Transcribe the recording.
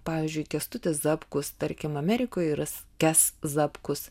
pavyzdžiui kęstutis zapkus tarkim amerikoje yra kes zapkus